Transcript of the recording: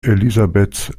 elisabeths